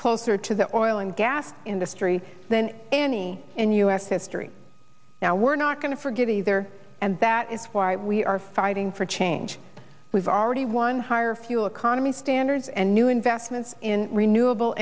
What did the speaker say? closer to the or oil and gas industry than any in u s history now we're not going to forgive either and that is why we are fighting for change we've already won higher fuel economy standards and new investments in renewable